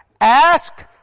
Ask